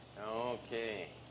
Okay